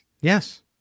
Yes